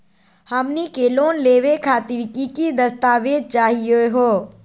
हमनी के लोन लेवे खातीर की की दस्तावेज चाहीयो हो?